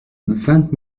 vingt